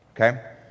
okay